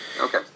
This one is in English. Okay